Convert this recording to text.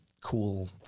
cool